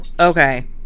Okay